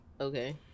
Okay